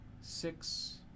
six